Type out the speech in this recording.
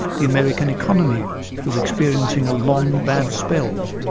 the american economy was experiencing a long bad spell.